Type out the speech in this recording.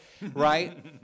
right